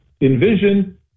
Envision